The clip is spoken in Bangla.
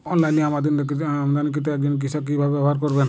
অনলাইনে আমদানীকৃত যন্ত্র একজন কৃষক কিভাবে ব্যবহার করবেন?